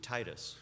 Titus